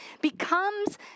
becomes